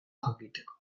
jakiteko